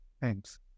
Thanks